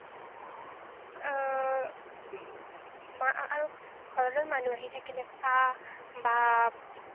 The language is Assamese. মা আৰু ঘৰলৈ মানুহ আহি থাকিলে চাহ বা